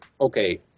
Okay